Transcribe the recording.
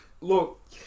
Look